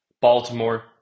Baltimore